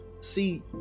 See